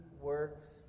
works